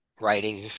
writing